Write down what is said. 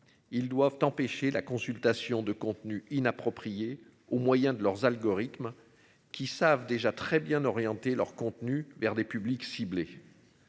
Ils doivent empêcher la consultation de contenus inappropriés au moyen de leurs algorithmes. Qui savent déjà très bien orienté leur contenu vers des publics ciblés.